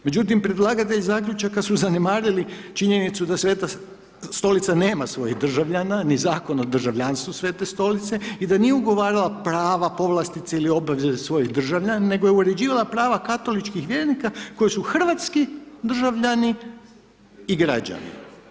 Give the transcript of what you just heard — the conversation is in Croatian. Međutim, predlagatelji zaključka su zanemarili činjenicu, da Sveta Stolica nema svojih državljana ni zakon o državljanstvu Svete Stolice i da nije ugovarala prava, povlastice ili obveze svojih državljana, nego je uređivala prava katoličkih vjernika, koji su hrvatski državljani i građani.